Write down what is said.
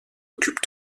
occupe